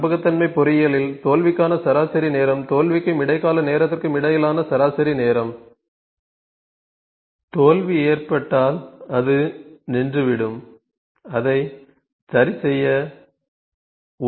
நம்பகத்தன்மை பொறியியலில் தோல்விக்கான சராசரி நேரம் தோல்விக்கும் இடைக்கால நேரத்திற்கும் இடையிலான சராசரி நேரம் தோல்வி ஏற்பட்டால் அது நின்றுவிடும் அதை சரிசெய்ய 1 நிமிடம் ஆகும்